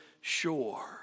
shore